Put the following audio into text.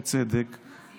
בצדק,